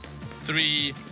three